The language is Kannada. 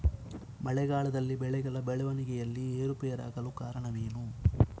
ಮಳೆಗಾಲದಲ್ಲಿ ಬೆಳೆಗಳ ಬೆಳವಣಿಗೆಯಲ್ಲಿ ಏರುಪೇರಾಗಲು ಕಾರಣವೇನು?